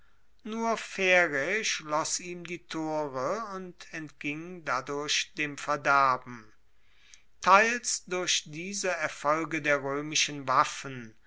nur pherae schloss ihm die tore und entging dadurch dem verderben teils durch diese erfolge der roemischen waffen